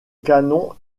canons